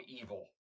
evil